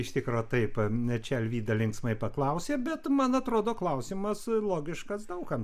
iš tikro taip čia alvyda linksmai paklausė bet man atrodo klausimas logiškas daug kam